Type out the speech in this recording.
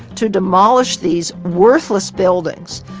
to demolish these worthless buildings,